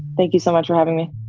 thank you so much for having me.